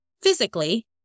physically